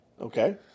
Okay